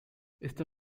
esta